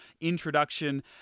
introduction